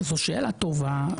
זו שאלה טובה.